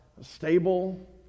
stable